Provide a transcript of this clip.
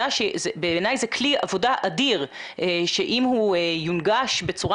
בעיניי זה כלי עבודה אדיר שאם הוא יונגש בצורה